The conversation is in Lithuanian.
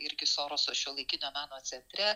irgi soroso šiuolaikinio meno centre